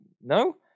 No